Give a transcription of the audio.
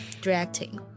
directing